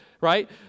right